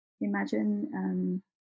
imagine